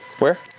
where?